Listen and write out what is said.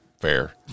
Fair